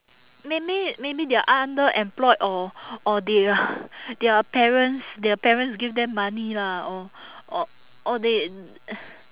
maybe maybe they are underemployed or or their their parents their parents give them money lah or or or they